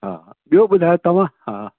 हा ॿियों ॿुधाए तव्हां हा